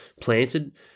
planted